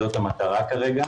זאת המטרה כרגע.